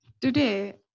today